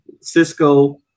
Cisco